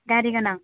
गारि गोनां